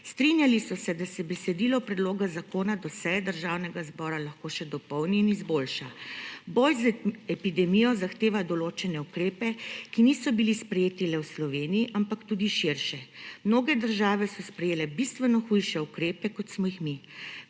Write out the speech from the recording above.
Strinjali so se, da se besedilo predloga zakona do seje Državnega zbora lahko še dopolni in izboljša. Boj z epidemijo zahteva določene ukrepe, ki niso bili sprejeti le v Sloveniji, ampak tudi širše. Mnoge države so sprejele bistveno hujše ukrepe, kot smo jih mi.